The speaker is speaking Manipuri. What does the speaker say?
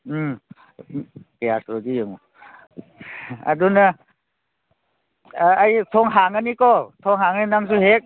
ꯎꯝ ꯀꯌꯥ ꯁꯨꯔꯒꯦ ꯌꯦꯡꯉꯨ ꯑꯗꯨꯅ ꯑꯩ ꯊꯣꯡ ꯍꯥꯡꯉꯅꯤꯀꯣ ꯊꯣꯡ ꯍꯥꯡꯉꯅꯤ ꯅꯪꯁꯨ ꯍꯦꯛ